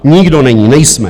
Nikdo není, nejsme.